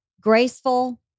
graceful